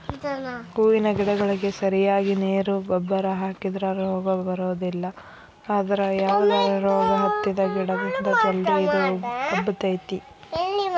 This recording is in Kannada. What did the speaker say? ಹೂವಿನ ಗಿಡಗಳಿಗೆ ಸರಿಯಾಗಿ ನೇರು ಗೊಬ್ಬರ ಹಾಕಿದ್ರ ರೋಗ ಬರೋದಿಲ್ಲ ಅದ್ರ ಯಾವದರ ರೋಗ ಹತ್ತಿದ ಗಿಡದಿಂದ ಜಲ್ದಿ ಇದು ಹಬ್ಬತೇತಿ